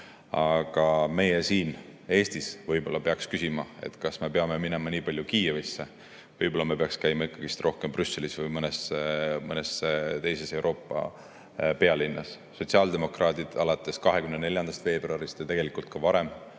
Aga meie siin Eestis võib-olla peaks küsima, kas me peame minema eelkõige Kiievisse, võib-olla peaks käima ikkagi rohkem Brüsselis ja mõnes teises Euroopa pealinnas. Sotsiaaldemokraadid on alates 24. veebruarist, tegelikult ka enne,